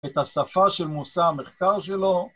‫את השפה של מושא המחקר שלו.